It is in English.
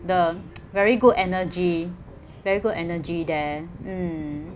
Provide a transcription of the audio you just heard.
the very good energy very good energy there mm